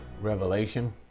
Revelation